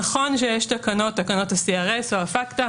נכון שיש את תקנות ה-CRS או הפטקא,